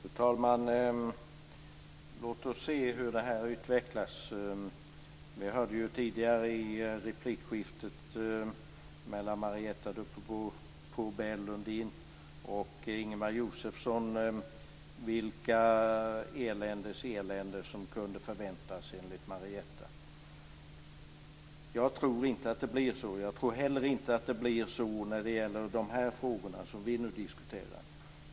Fru talman! Låt oss se hur det här utvecklas. Vi hörde tidigare i replikskiftet mellan Marietta de Pourbaix-Lundin och Ingemar Josefsson vilket eländes elände som kunde förväntas enligt Marietta. Jag tror inte att det blir så. Jag tror inte heller att det blir så när det gäller de frågor som vi nu diskuterar.